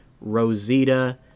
Rosita